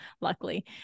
luckily